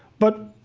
but,